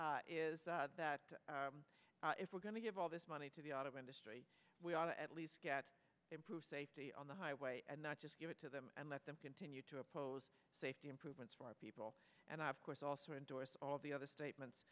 chairman is that if we're going to give all this money to the auto industry we ought to at least get improved safety on the highway and not just give it to them and let them continue to oppose safety improvements for our people and i of course also endorse all the other statements